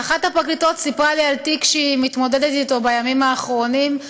ואחת הפרקליטות סיפרה לי על תיק שהיא מתמודדת אתו בימים האחרונים.